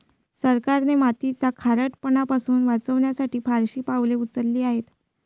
सरकारने मातीचा खारटपणा पासून वाचवण्यासाठी फारशी पावले उचलली आहेत